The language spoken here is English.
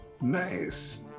Nice